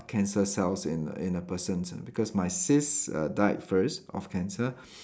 cancer cells in a in a person ah because my sis err died first of cancer